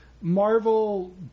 Marvel